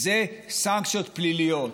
על סנקציות פליליות,